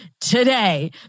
today